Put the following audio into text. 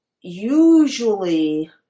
usually